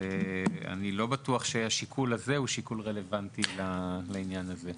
אני לא בטוח שהשיקול הזה הוא שיקול רלוונטי לעניין הזה.